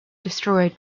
destroyed